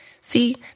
see